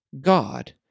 God